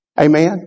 Amen